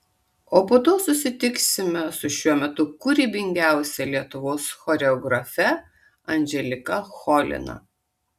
o po to susitiksime su šiuo metu kūrybingiausia lietuvos choreografe andželika cholina